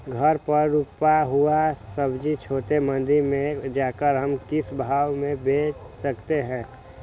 घर पर रूपा हुआ सब्जी छोटे मंडी में जाकर हम किस भाव में भेज सकते हैं?